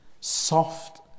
soft